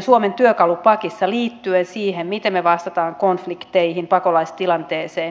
suomen työkalupakissa liittyen siihen miten me vastaamme konflikteihin pakolaistilanteeseen ilmastonmuutokseen